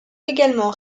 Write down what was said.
également